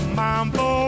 mambo